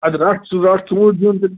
اَدٕ رَٹھ ژٕ رَٹھ ژوٗنٛٹھۍ زیُن تیٚلہِ